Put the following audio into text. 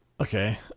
Okay